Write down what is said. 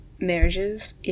Marriages